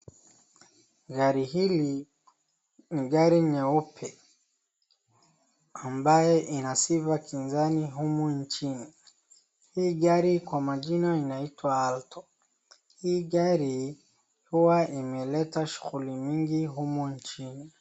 Gari hili, ni gari nyeupe, ambaye inasifa kinzani humu nchini. Hii gari kwa majina inaitwa Alto. Hii gari, huwa imeleta shughuli mingi humu nchini.